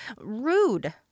rude